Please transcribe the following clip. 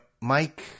Mike